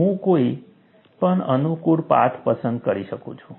હું કોઈ પણ અનુકૂળ પાથ પસંદ કરી શકું છું